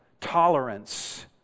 tolerance